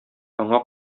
аңа